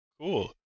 Cool